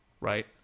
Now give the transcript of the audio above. right